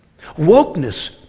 Wokeness